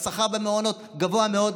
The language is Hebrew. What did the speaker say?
והשכר במעונות גבוה מאוד.